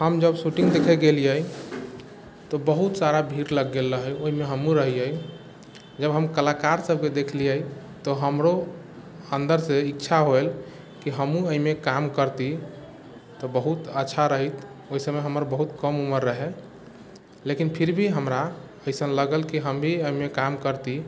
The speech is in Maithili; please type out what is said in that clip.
हम जब शूटिंग देखै गेलियै तऽ बहुत सारा भीड़ लग गेल रहै ओइमे हमहुँ रहियै जब हम कलाकार सबके देखलियै तऽ हमरो अन्दरसँ इच्छा होयल की हमहुँ अइमे काम करती तऽ बहुत अच्छा रहैत ओइ समय हमर बहुत कम उमर रहै लेकिन फिर भी हमरा एसन लागल की हम भी ओइमे काम करती